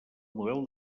model